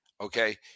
okay